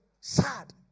Sad